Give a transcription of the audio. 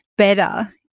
better